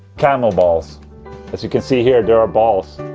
camel balls as you can see here they are ah balls